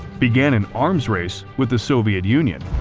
began an arms race with the soviet union,